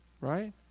Right